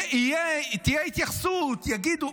תהיה התייחסות, יגידו.